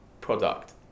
product